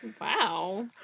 Wow